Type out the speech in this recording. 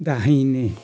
दाहिने